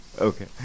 Okay